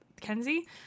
Kenzie